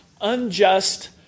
unjust